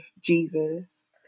Jesus